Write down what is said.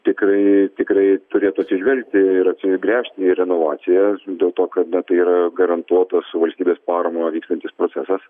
tikrai tikrai turėtų atsižvelgti ir atsigręžti į renovacijas dėl to kad na tai yra garantuotas su valstybės parama vykstantis procesas